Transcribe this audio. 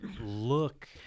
look